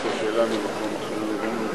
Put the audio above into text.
וכולנו נוכל לשמוע אותם באופן ברור